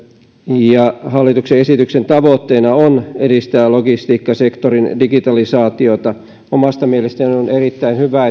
hallituksen esityksen tavoitteena on edistää logistiikkasektorin digitalisaatiota omasta mielestäni on erittäin hyvä